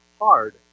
hard